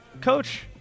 Coach